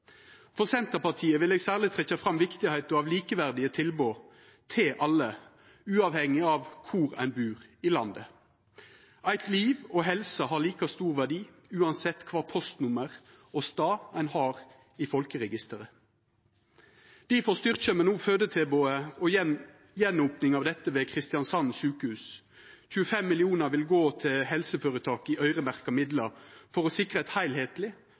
For Senterpartiet vil eg særleg trekkja fram viktigheita av likeverdige tilbod til alle, uavhengig av kvar ein bur i landet. Eit liv og ei helse har like stor verdi uansett kva postnummer og stad ein har i folkeregisteret. Difor styrkjer me no fødetilbodet og gjenopninga av dette ved Kristiansund sjukehus. 25 mill. kr vil gå til helseføretaket i øyremerkte midlar for å sikra eit